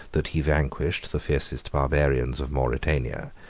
that he vanquished the fiercest barbarians of mauritania,